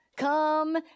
come